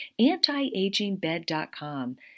Antiagingbed.com